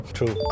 True